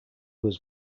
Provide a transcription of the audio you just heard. was